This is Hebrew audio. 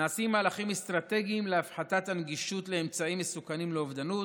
נעשים מהלכים אסטרטגיים להפחתת הנגישות לאמצעים מסוכנים לאובדנות,